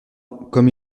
comme